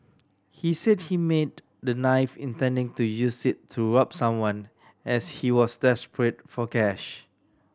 he said he made the knife intending to use it to rob someone as he was desperate for cash